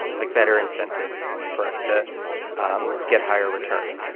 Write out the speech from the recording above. like better incentives for us to um get higher returns.